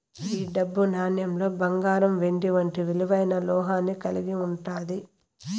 ఈ డబ్బు నాణేలులో బంగారం వెండి వంటి విలువైన లోహాన్ని కలిగి ఉంటాది